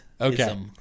Okay